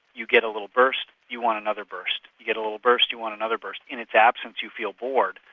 you get a little burst, you want another burst, you get a little burst, you want another burst. in its absence you feel bored,